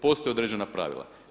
Postoje određena pravila.